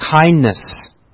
Kindness